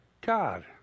God